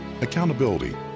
accountability